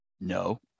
No